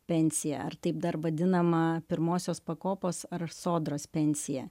pensija ar taip dar vadinama pirmosios pakopos ar sodros pensija